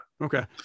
Okay